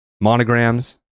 monograms